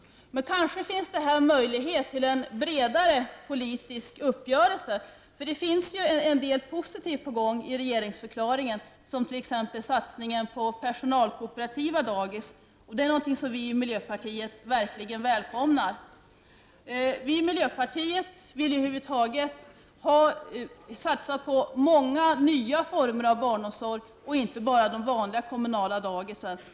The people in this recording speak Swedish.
Men kanske finns det här möjligheter till en bredare politisk uppgörelse då regeringsförklaringen visar att en del positivt är på gång. Det gäller t.ex. satsningen på personalkooperativa dagis, något som vi i miljöpartiet verkligen välkomnar. Vi vill över huvud taget satsa på många nya former av barnomsorg utöver de vanliga kommunala daghemmen.